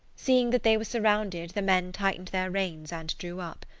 seeing that they were surrounded the men tightened their reins and drew up.